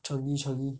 changi changi